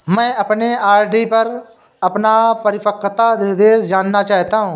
मैं अपने आर.डी पर अपना परिपक्वता निर्देश जानना चाहता हूं